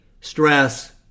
stress